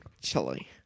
Chili